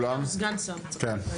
סגן השר לשירותי דת, בבקשה.